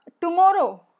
tomorrow